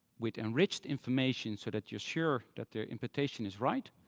with enriched information so that you are sure that their imputation is right,